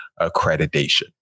accreditation